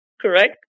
correct